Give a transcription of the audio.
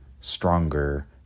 stronger